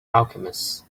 alchemist